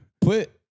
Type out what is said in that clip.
put